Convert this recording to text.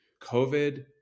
COVID